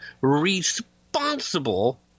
responsible